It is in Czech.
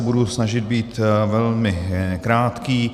Budu se snažit být velmi krátký.